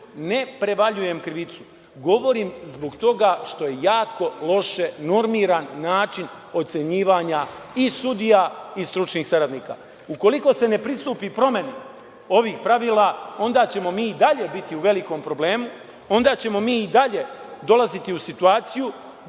ne prevaljujem krivicu, govorim zbog toga što je dato loše normiran način ocenjivanja i sudija i stručnih saradnika. Ukoliko se ne pristupi promeni ovih pravila, onda ćemo mi i dalje biti u velikom problemu, onda ćemo mi i dalje dolaziti u situaciju